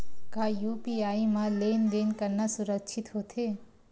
का यू.पी.आई म लेन देन करना सुरक्षित होथे?